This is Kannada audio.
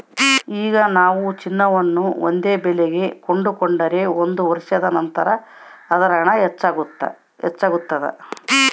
ಈಗ ನಾವು ಚಿನ್ನವನ್ನು ಒಂದು ಬೆಲೆಗೆ ಕೊಂಡುಕೊಂಡರೆ ಒಂದು ವರ್ಷದ ನಂತರ ಅದರ ಹಣ ಹೆಚ್ಚಾಗ್ತಾದ